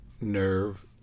nerve